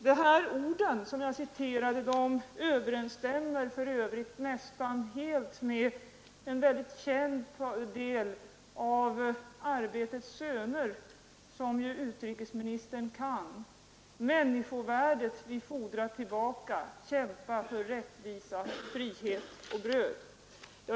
De ord jag nu citerade överensstämmer för övrigt nästan helt med en känd del av Arbetets söner, som utrikesministern kan: ”människovärdet vi fordra tillbaka, kämpa för rättvisa frihet och bröd”.